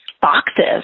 boxes